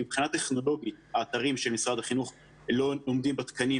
כי מבחינה טכנולוגיות האתרים של משרד החינוך לא עומדים בתקנים